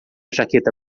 jaqueta